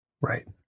Right